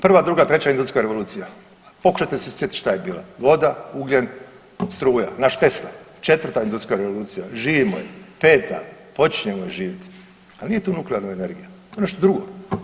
Prva, druga, treća industrijska revolucija pokušajte se sjetit šta je bilo voda, ugljen, struja, naš Tesla četvrta industrijska revolucija, živimo je, peta počinjemo je živiti, ali nije tu nuklearna energija, to je nešto drugo.